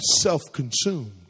self-consumed